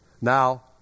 Now